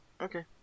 Okay